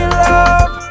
love